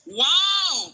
wow